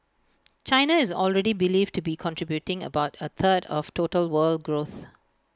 China is already believed to be contributing about A third of total world growth